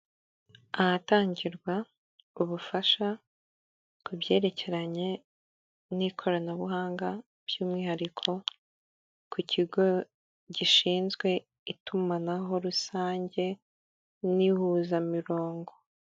Ahatangirwa ubufasha, ku byerekeranye n'ikoranabuhanga, by'umwihariko ku kigo gishinzwe itumanaho rusange n'ihuzamirongo.